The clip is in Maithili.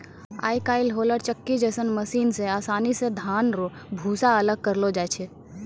आय काइल होलर चक्की जैसन मशीन से आसानी से धान रो भूसा अलग करलो जाय छै